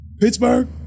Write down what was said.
Pittsburgh